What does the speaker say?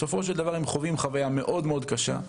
בסופו של דבר הם חווים חוויה מאוד קשה.